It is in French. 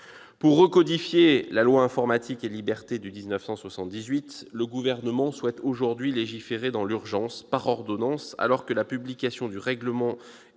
Pour recodifier la loi Informatique et libertés de 1978, le Gouvernement souhaite aujourd'hui légiférer dans l'urgence par ordonnances, alors que la publication, en